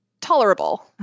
tolerable